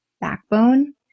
backbone